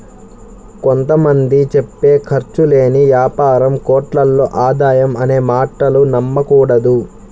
కొంత మంది చెప్పే ఖర్చు లేని యాపారం కోట్లలో ఆదాయం అనే మాటలు నమ్మకూడదు